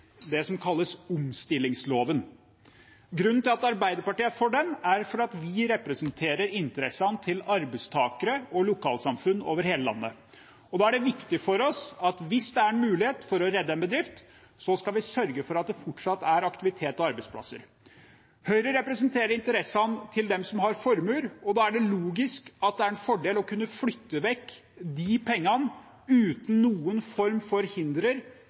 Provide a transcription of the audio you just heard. det som kalles omstillingsloven. Grunnen til at Arbeiderpartiet er for den, er at vi representerer interessene til arbeidstakere og lokalsamfunn over hele landet. Da er det viktig for oss at hvis det er en mulighet for å redde en bedrift, skal vi sørge for fortsatt aktivitet og arbeidsplasser. Høyre representerer interessene til dem som har formuer, og da er det logisk at det er en fordel å kunne flytte vekk de pengene uten noen form for